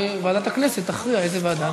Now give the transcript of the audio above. וועדת הכנסת תכריע לאיזו ועדה,